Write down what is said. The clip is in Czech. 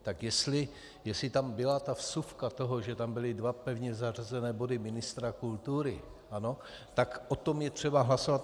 Tak jestli tam byla ta vsuvka toho, že tam byly dva pevně zařazené body ministra kultury, ano, tak o tom je třeba hlasovat.